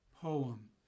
poem